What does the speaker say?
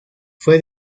fue